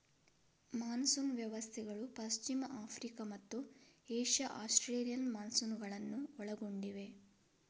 monsoon ವ್ಯವಸ್ಥೆಗಳು ಪಶ್ಚಿಮ Africa ಮತ್ತು ಏಷ್ಯಾ ಆಸ್ಟ್ರೇಲಿಯನ್ ಮಾನ್ಸೂನುಗಳನ್ನು ಒಳಗೊಂಡಿವೆ